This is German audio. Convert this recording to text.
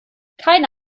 keine